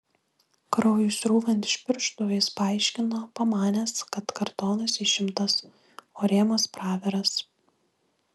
kraujui srūvant iš pirštų jis paaiškino pamanęs kad kartonas išimtas o rėmas praviras